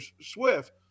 swift